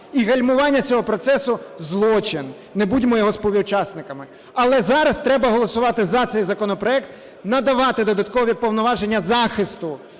І гальмування цього процесу – злочин. Не будьмо його співучасниками. Але зараз треба голосувати за цей законопроект, надавати додаткові повноваження захисту